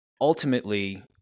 Ultimately